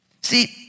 See